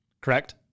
Correct